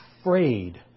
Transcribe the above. afraid